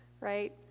right